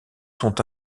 sont